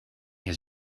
his